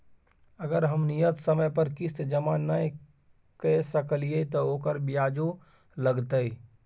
अगर हम नियत समय पर किस्त जमा नय के सकलिए त ओकर ब्याजो लगतै?